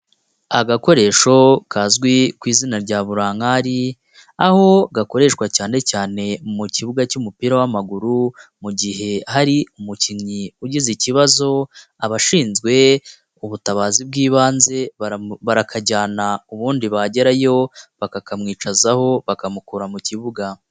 Agakoresho kazwi ku izina rya burankari, aho gakoreshwa cyane cyane mu kibuga cy'umupira w'amaguru mu gihe hari umukinnyi ugize ikibazo abashinzwe ubutabazi bw'ibanze barakajyana ubundi bagerayo bakakamwicazaho bakamukura mu kibuga.